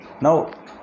now